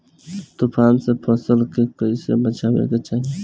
तुफान से फसल के कइसे बचावे के चाहीं?